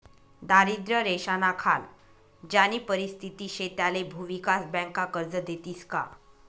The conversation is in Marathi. दारिद्र्य रेषानाखाल ज्यानी परिस्थिती शे त्याले भुविकास बँका कर्ज देतीस का?